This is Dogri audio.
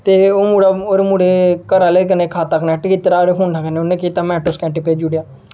ते ओह् मुड़ा घर आह्लें कन्नै खात्ता कनेक्ट कीते दा हा ओह्दे फोनां कन्नै उ'न्ने केह् कीता मैंटें स्कैंटे भेजी ओड़ेआ